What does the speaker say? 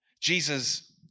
Jesus